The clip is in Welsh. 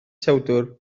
tewdwr